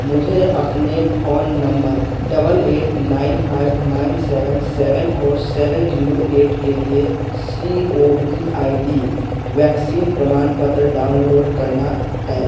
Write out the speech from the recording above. मुझे अपने phone number double eight nine five nine seven seven four seven zero eight के लिए vaccine प्रमाणपत्र डाउनलोड करना है